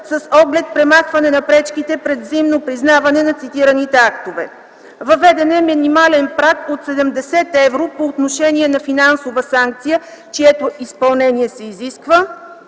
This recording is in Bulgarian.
с оглед премахване на пречките пред взаимното признаване на цитираните актове. Въведен е минимален праг от 70 евро по отношение на финансова санкция, чието изпълнение се изисква.